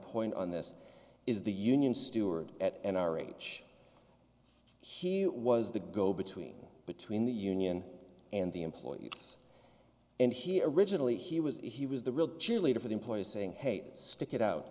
point on this is the union steward at an r h he was the go between between the union and the employee it's and he originally he was he was the real cheerleader for the employees saying hate stick it out